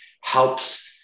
helps